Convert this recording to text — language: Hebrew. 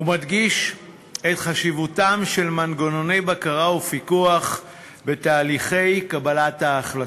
ומדגיש את חשיבותם של מנגנוני בקרה ופיקוח בתהליכי קבלת ההחלטות.